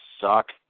suck